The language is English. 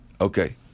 okay